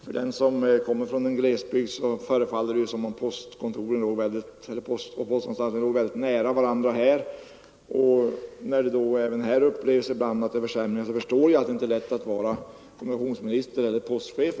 För den som kommer från en glesbygd förefaller det som om postanstalterna låg väldigt nära varandra här, men när man även här ibland upplever att postservicen försämrats förstår jag att det inte är lätt att vara kommunikationsminister eller postchef.